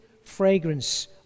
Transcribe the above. fragrance